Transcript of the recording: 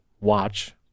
Watch